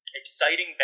exciting